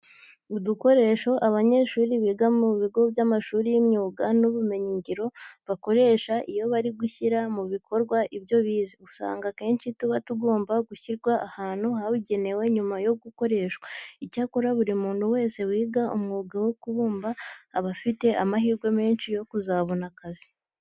Udukoresho abanyeshuri biga mu bigo by'amashuri y'imyuga n'ubumenyingiro bakoresha iyo bari gushyira mu bikorwa ibyo bize, usanga akenshi tuba tugomba gushyirwa ahantu habugenewe nyuma yo gukoreshwa. Icyakora buri muntu wese wiga umwuga wo kubumba aba afite amahirwe menshi yo kuzabona akazi.